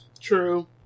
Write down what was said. True